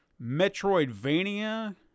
Metroidvania